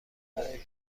برای